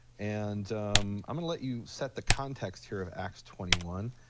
and i'm gonna let you set the context here of acts twenty one,